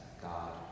God